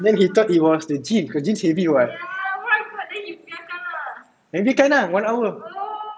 then he thought it was the jeans cause the jeans heavy [what] biarkan ah one hour